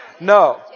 No